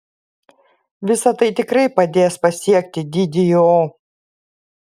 visa tai tikrai padės pasiekti didįjį o